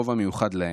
רובע המיוחד להם,